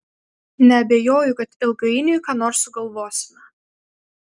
neabejoju kad ilgainiui ką nors sugalvosime